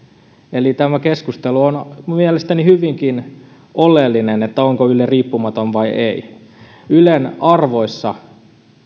eli tämä keskustelu on mielestäni hyvinkin oleellinen onko yle riippumaton vai ei ylen arvoissa